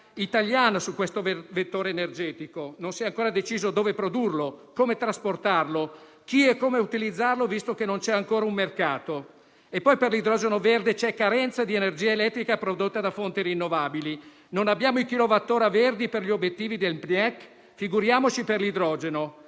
italiana su questo vettore energetico: non si è ancora deciso dove produrlo, come trasportarlo, da parte di chi e come utilizzarlo, visto che non c'è ancora un mercato. Inoltre, per idrogeno verde c'è carenza di energia elettrica prodotta da fonti rinnovabili: non abbiamo i kilowattora verdi per gli obiettivi del PNIEC, figuriamoci per l'idrogeno.